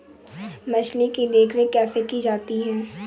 मछली की देखरेख कैसे की जाती है?